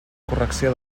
correcció